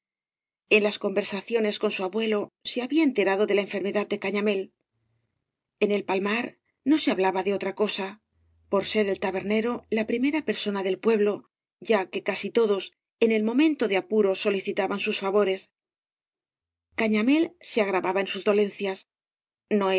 en las conversaciones con su abuelo se había enterado de la enfermedad de cañamél en el palmar no se hablaba de otra cosa por ser el tabernero la primera persona del pueblo ya que casi todos en los momentos de apuro solicitaban sus favores cañamél se agravaba en sus dolencias no